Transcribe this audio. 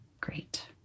Great